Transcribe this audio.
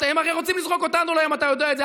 הם הרי רוצים לזרוק אותנו לים, אתה יודע את זה.